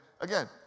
again